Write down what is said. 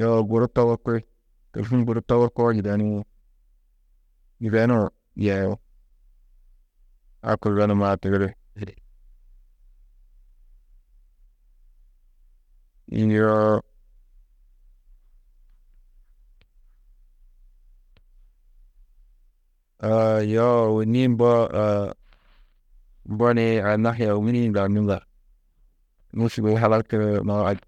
Yoo guru togurki, tôlhun guru togurkoo yibeniĩ, yibenuũ yeĩ. A kuzo numaa tigiri, yoo yoo ôwonni mbo mbo nii a hahia ômuri-ĩ lau nûŋar, nû sûgoi halaktudunu la ad.